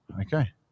Okay